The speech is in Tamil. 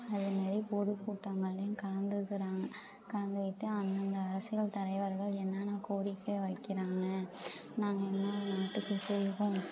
அதேமாரி பொதுக்கூட்டங்கள்லையும் கலந்துக்குறாங்க கலந்துக்கிட்டு அந்தந்த அரசியல் தலைவர்கள் என்னான்ன கோரிக்கை வைக்கிறாங்க நாங்கள் என்ன நாட்டுக்கு செய்வோம்